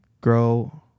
grow